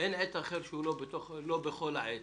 אין עת אחר שהוא לא בכל עת.